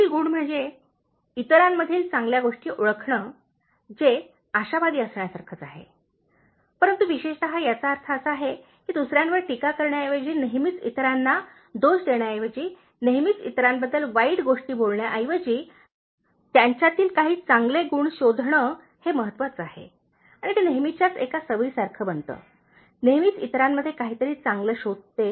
पुढील गुण म्हणजे इतरांमधील चांगल्या गोष्टी ओळखणे जे आशावादी असण्यासारखेच आहे परंतु विशेषतः याचा अर्थ असा आहे की दुसर्यांवर टीका करण्याऐवजी नेहमीच इतरांना दोष देण्याऐवजी नेहमीच इतरांबद्दल वाईट गोष्टी बोलण्याऐवजी त्यांच्यातील काही चांगले गुण शोधणे हे महत्त्वाचे आहे आणि ते नेहमीच्याच एका सवयीसारखे बनते नेहमीच इतरांमध्ये काहीतरी चांगले शोधते